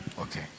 Okay